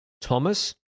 Thomas